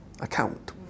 account